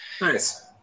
Nice